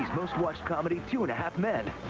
most watched comedy, two and a half men.